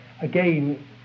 again